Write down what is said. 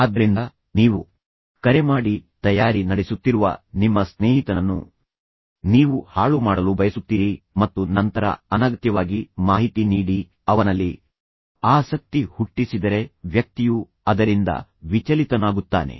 ಆದ್ದರಿಂದ ನೀವು ಕರೆಮಾಡಿ ತಯಾರಿ ನಡೆಸುತ್ತಿರುವ ನಿಮ್ಮ ಸ್ನೇಹಿತನನ್ನು ನೀವು ಹಾಳುಮಾಡಲು ಬಯಸುತ್ತೀರಿ ಮತ್ತು ನಂತರ ಅನಗತ್ಯವಾಗಿ ಮಾಹಿತಿ ನೀಡಿ ಅವನಲ್ಲಿ ಆಸಕ್ತಿ ಹುಟ್ಟಿಸಿದರೆ ವ್ಯಕ್ತಿಯು ಅದರಿಂದ ವಿಚಲಿತನಾಗುತ್ತಾನೆ